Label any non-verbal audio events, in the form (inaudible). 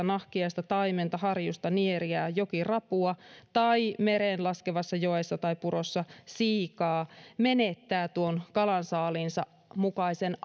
(unintelligible) nahkiaista taimenta harjusta nieriää jokirapua tai mereen laskevassa joessa tai purossa siikaa menettää tuon kalasaaliinsa mukaisen (unintelligible)